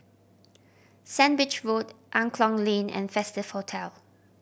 Sandwich Road Angklong Lane and Festive Hotel